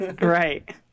Right